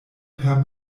per